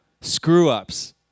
Screw-ups